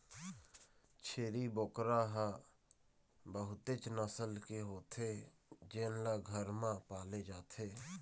छेरी बोकरा ह बहुतेच नसल के होथे जेन ल घर म पाले जाथे